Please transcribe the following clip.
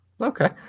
Okay